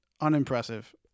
unimpressive